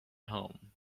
home